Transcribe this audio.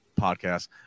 podcast